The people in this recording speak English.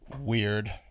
Weird